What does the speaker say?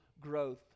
growth